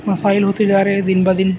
مسائل ہوتے جا رہے ہیں دن بہ دن